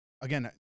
again